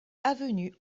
avenue